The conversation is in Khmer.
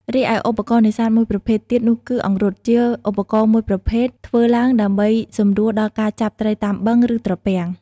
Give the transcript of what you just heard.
រីឯឧបករណ៍នេសាទមួយប្រភេទទៀតនោះគឹ អង្រុត ជាឧបករណ៍មួយប្រភេទធ្វើឡើងដើម្បីសម្រួលដល់ការចាប់ត្រីតាមបឹង ឬត្រពាំង។